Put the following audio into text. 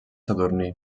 sadurní